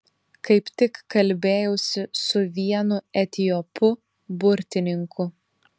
kaip tik kalbėjausi su vienu etiopu burtininku